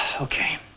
Okay